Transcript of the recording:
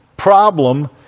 problem